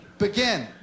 begin